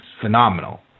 phenomenal